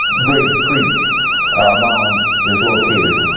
grave creek mound is located.